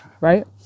right